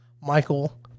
Michael